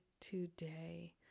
today